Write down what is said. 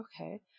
okay